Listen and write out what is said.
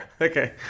Okay